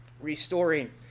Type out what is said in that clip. restoring